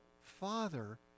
Father